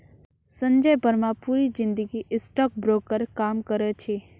संजय बर्मा पूरी जिंदगी stock broker काम करो छे